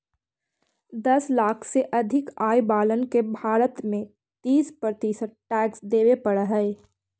दस लाख से अधिक आय वालन के भारत में तीस प्रतिशत टैक्स देवे पड़ऽ हई